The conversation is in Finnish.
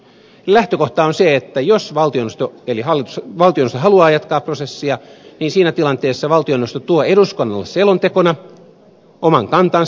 lähtökohta on se että jos valtioneuvosto haluaa jatkaa prosessia siinä tilanteessa valtioneuvosto tuo eduskunnalle selontekona oman kantansa